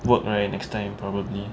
work right next time probably